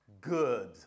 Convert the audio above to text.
good